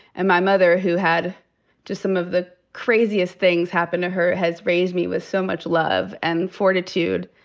and my mother, who had just some of the craziest things happen to her, has raised me with so much love, and fortitude,